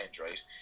right